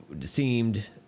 seemed